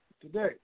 today